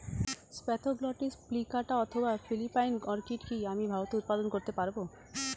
Spathoglottis plicata অথবা Philippine orchid কি আমি ভারতে উৎপাদন করতে পারবো?